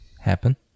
happen